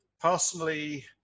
Personally